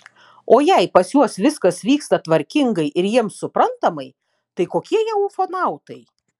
o jei pas juos viskas vyksta tvarkingai ir jiems suprantamai tai kokie jie ufonautai